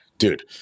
Dude